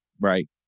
right